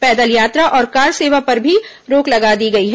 पैदल यात्रा और कार सेवा पर भी रोक लगा दी गई है